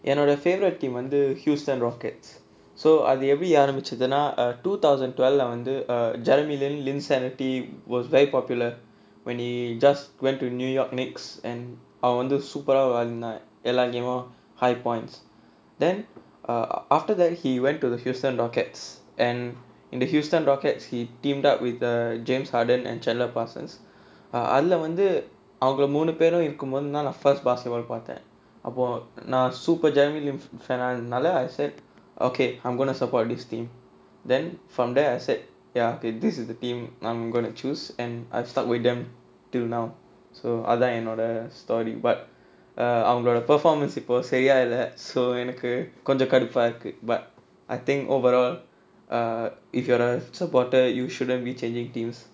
என்னோட:ennoda favourite team வந்து:vanthu houston rockets so அது எப்படி ஆரம்பிச்சுதுனா:athu eppadi aarambichuthunaa err two thousand twelve வந்து:vanthu err a jeremy lin lin seventy was very popular when he just went to new york next and அவன் வந்து:avan vanthu super ah விளையாடி இருந்தான் எல்லா:vilaiyaadi irunthaan ellaa game high points then err after that he went to the houston rockets and in the houston rockets he teamed up with a james harden and channelled passes அதுல வந்து அவங்க மூணுபேரும் இருக்கம்போது தான் நான்:athula vanthu avanga moonu paerum irukkamothu thaan naan first basketball பாத்தேன் அப்போ நா:pathaen appo naa super jeremy lin fan ah இருந்தனால:irunthanaala I said okay I'm gonna support this team then from there I said ya okay this is the team I'm going to choose and I've stuck with them till now so அதான் என்னோட:athaan ennoda story but அவங்களோட:avangaloda performance இப்ப சரியா இல்ல:ippa sariyaa illa err so எனக்கு கொஞ்ச கடுப்பா இருக்கு:enakku konja kaduppaa irukku but I think overall err if you are a supporter you shouldn't be changing teams